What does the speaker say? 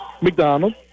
McDonald